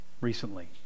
recently